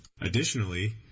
Additionally